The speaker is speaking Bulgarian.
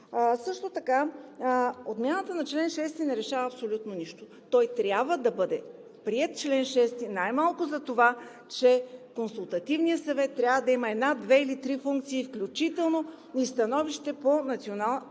Също така отмяната на чл. 6 не решава абсолютно нищо. Член 6 трябва да бъде приет най-малко за това, че Консултативният съвет трябва да има една, две или три функции, включително и становище по Пчеларската